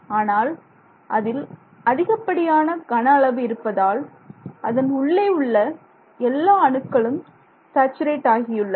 ஆனால் அதில் அதிகப்படியான கன அளவு இருப்பதால் அதன் உள்ளே உள்ள எல்லா அணுக்களும் சாச்சுரேட் ஆகியுள்ளன